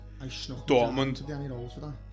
Dortmund